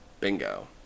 Bingo